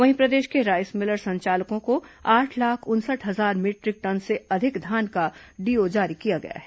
वहीं प्रदेश के राईस मिलर संचालकों को आठ लाख उनसठ हजार मीटरिक टन से अधिक धान का डीओ जारी किया गया है